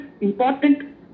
important